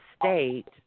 state